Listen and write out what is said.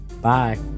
Bye